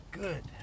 good